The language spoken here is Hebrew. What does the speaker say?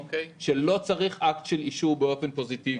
שלא צריך אקט של אישור באופן פוזיטיבי.